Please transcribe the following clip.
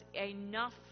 enough